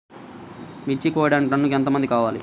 మిర్చి కోయడానికి టన్నుకి ఎంత మంది కావాలి?